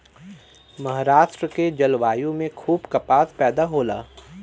महाराष्ट्र के जलवायु में खूब कपास पैदा होला